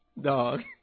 Dog